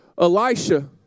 Elisha